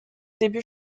début